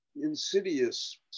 insidious